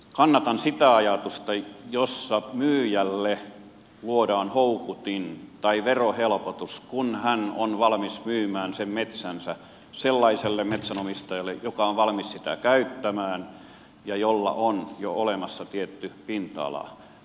kannatan sitä ajatusta jossa myyjälle luodaan houkutin tai verohelpotus kun hän on valmis myymään sen metsänsä sellaiselle metsänomistajalle joka on valmis sitä käyttämään ja jolla on jo olemassa tietty pinta ala